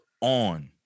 on